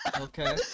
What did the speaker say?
Okay